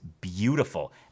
beautiful